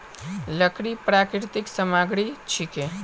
लकड़ी प्राकृतिक सामग्री छिके